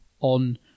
on